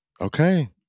Okay